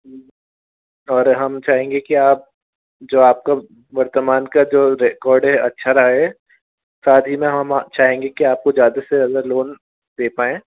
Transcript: और हम चाहेंगे की आप जो आपका वर्तमान का जो रिकार्ड है अच्छा रहा है साथ ही में हम चाहेंगे की आपको ज़्यादा से ज़्यादा लोन दे पाएं